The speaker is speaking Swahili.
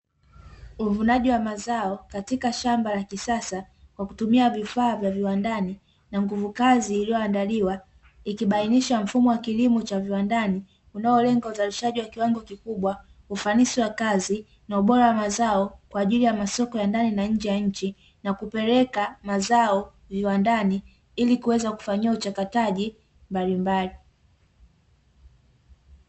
Uvunaji wa mazao katika shamba la kisasa kwa kutumia vifaa vya viwandani na nguvu kazi iliyoandaliwa, ikibainisha mfumo wa kilimo cha viwandani unaolenga uzalishaji wa kiwango kikubwa, ufanisi wa kazi na ubora wa mazao kwa ajili ya masoko ya ndani na nje ya nchi na kupeleka mazao viwandani ili kuweza kufanyiwa uchakataji mbalimbali.